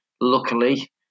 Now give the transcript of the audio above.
Luckily